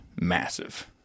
massive